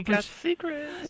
secrets